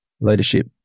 leadership